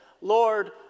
Lord